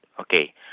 Okay